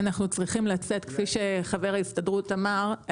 כפי שחבר ההסתדרות אמר,